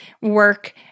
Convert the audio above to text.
work